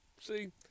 See